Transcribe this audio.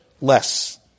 less